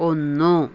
ഒന്ന്